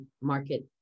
Market